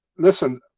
Listen